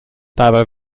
dabei